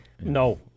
no